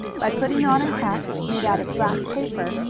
by putting on a hat, made out of black paper,